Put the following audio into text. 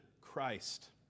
Christ